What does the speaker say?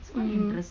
mmhmm